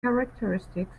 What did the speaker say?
characteristics